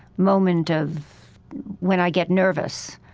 moment of when i get nervous.